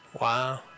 wow